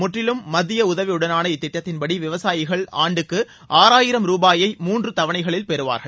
முற்றிலும் மத்திய உதவியுடனான இத்திட்டத்தின்படி விவசாயிகள் ஆண்டுக்கு ஆறாயிரம் ரூபாயை மூன்று தவணைகளில் பெறுவார்கள்